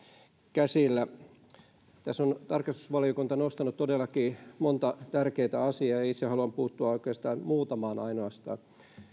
käsillä tässä on tarkastusvaliokunta nostanut todellakin monta tärkeätä asiaa ja itse haluan puuttua oikeastaan muutamaan ainoastaan